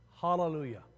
Hallelujah